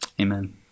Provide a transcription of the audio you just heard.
Amen